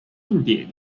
重点